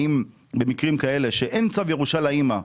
האם במקרים כאלה שאין צו ירושה לאימא,